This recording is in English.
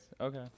okay